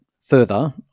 Further